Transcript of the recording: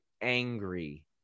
angry